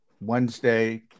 Wednesday